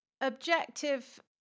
Objective